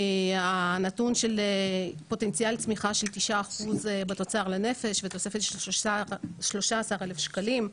הנתון של פוטנציאל צמיחה של 9% בתוצר לנפש ותוספת של 13,000 שקלים,